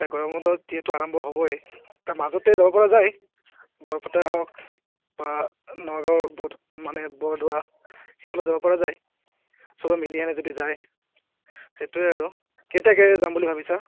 এতিয়া গৰমবন্ধ যিহেতু আৰম্ভ হ'বই তাৰ মাজতে যাব পৰা যায় বৰপেটা হওক বা নগাঁৱৰ ব মানে বৰদোৱা সেইফালে যাব পৰা যায় সবে মিলিহেনে যদি যায় সেইটোৱে আৰু কেতিয়াকৈ যাম বুলি ভাবিছা